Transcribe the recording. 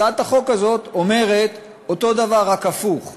הצעת החוק הזאת אומרת אותו דבר רק הפוך,